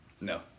No